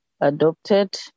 adopted